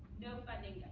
no funding